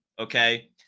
okay